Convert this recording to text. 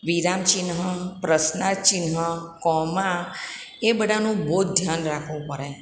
વિરામ ચિહ્નો પ્રશ્નાર્થ ચિહ્ન કૉમા એ બધાનું બહુ જ ધ્યાન રાખવું પડે